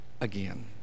again